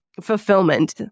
fulfillment